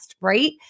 right